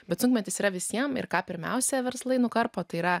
bet sunkmetis yra visiems ir ką pirmiausia verslai nukarpo tai yra